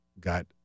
got